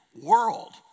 world